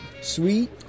Sweet